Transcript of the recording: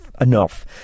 enough